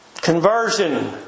Conversion